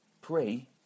Pray